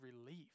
relief